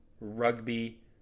rugby